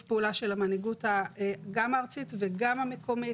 הפעולה של המנהיגות גם הארצית וגם המקומית,